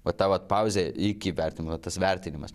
va ta vat pauzė iki vertinimo tas vertinimas